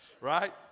Right